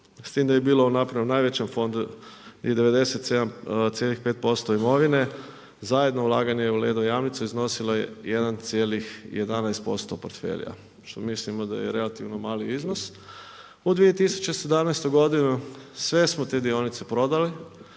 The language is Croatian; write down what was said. s tim da je bilo … fondu i 97,5% imovine zajedno ulaganje u Ledo i Jamnicu iznosilo je 1,11% portfelja što mislimo da je relativno mali iznos. U 2017. godini sve smo te dionice prodali.